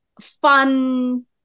fun